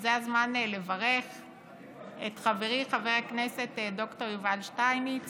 וזה הזמן לברך את חברי חבר הכנסת ד"ר יובל שטייניץ